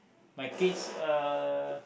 my kids uh